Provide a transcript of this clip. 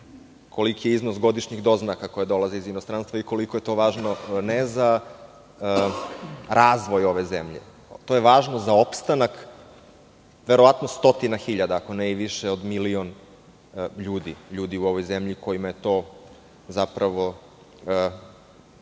koliki je iznos godišnjih doznaka koje dolaze iz inostranstva i koliko je to važno, ne za razvoj ove zemlje. To je važno za opstanak verovatno stotine hiljada, ako ne više i od milion ljudi u ovoj zemlji, kojima je to zapravo